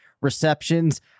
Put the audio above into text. receptions